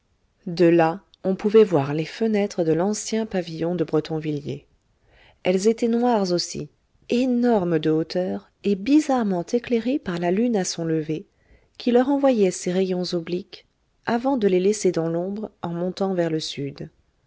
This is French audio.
de là on pouvait voir les fenêtres de l'ancien pavillon de bretonvilliers elles étaient noires aussi énormes de hauteur et bizarrement éclairées par la lune à son lever qui leur envoyait ses rayons obliques avant de les laisser dans l'ombre en montant vers le sud